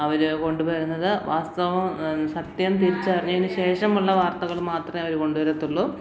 അവര് കൊണ്ടുവരുന്നത് വാസ്തവം സത്യം തിരിച്ചറിഞ്ഞതിന് ശേഷമുള്ള വർത്തകള് മാത്രമേ അവര് കൊണ്ടുവരത്തുള്ളൂ